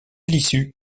l’issue